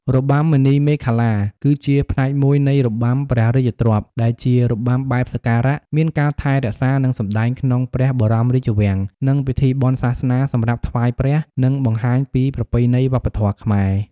របាំមុនីមាឃលា គឺជាផ្នែកមួយនៃរបាំព្រះរាជទ្រព្យ ដែលជារបាំបែបសក្ការៈ មានការថែរក្សានិងសម្តែងក្នុងព្រះបរមរាជវាំង និងពិធីបុណ្យសាសនា សម្រាប់ថ្វាយព្រះ និងបង្ហាញពីប្រពៃណីវប្បធម៌ខ្មែរ។